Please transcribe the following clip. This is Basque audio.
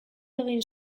egin